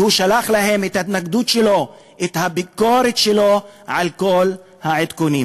והוא שלח להם את ההתנגדות שלו ואת הביקורת שלו על כל העדכונים.